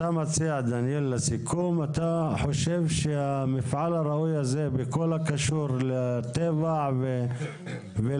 אתה חושב שהמפעל הראוי הזה בכל הקשור לטבע ולחקלאות,